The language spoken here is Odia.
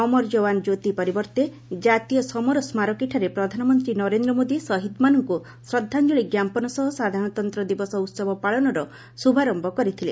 ଅମର ଯବାନ କ୍ୟୋତି ପରିବର୍ତ୍ତେ ଜାତୀୟ ସମର ସ୍କାରକୀଠାରେ ପ୍ରଧାନମନ୍ତ୍ରୀ ନରେନ୍ଦ୍ର ମୋଦି ଶହୀଦ୍ମାନଙ୍କୁ ଶ୍ରଦ୍ଧାଞ୍ଜଳି ଜ୍ଞାପନ ସହ ସାଧାରଣତନ୍ତ୍ର ଦିବସ ଉତ୍ସବ ପାଳନର ଶୁଭାରମ୍ଭ କରିଥିଲେ